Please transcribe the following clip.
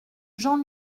jean